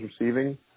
receiving